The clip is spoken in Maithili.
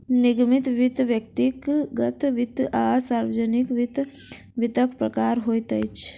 निगमित वित्त, व्यक्तिगत वित्त आ सार्वजानिक वित्त, वित्तक प्रकार होइत अछि